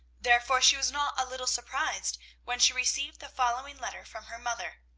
therefore she was not a little surprised when she received the following letter from her mother